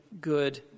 good